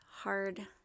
hard